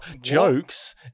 Jokes